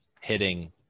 hitting